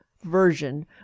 version